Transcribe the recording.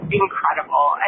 incredible